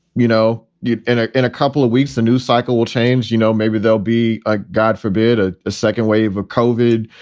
you know, in ah in a couple of weeks, the news cycle will change. you know, maybe there'll be a, god forbid, ah a second wave of coded.